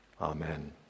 Amen